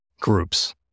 groups